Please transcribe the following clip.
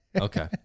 Okay